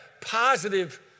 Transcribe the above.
positive